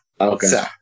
Okay